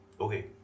Okay